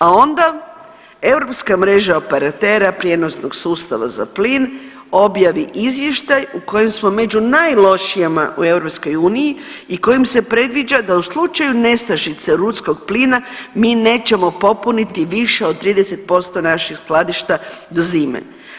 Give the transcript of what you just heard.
A onda europska mreža operatera prijenosnog sustava za plin objavi izvještaj u kojem smo među najlošijima u EU i kojim se predviđa da u slučaju nestašice ruskog plina mi nećemo popuniti više od 30% naših skladišta do zime.